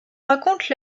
raconte